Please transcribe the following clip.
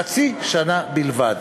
חצי שנה בלבד.